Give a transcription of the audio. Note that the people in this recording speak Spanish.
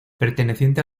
perteneciente